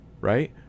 right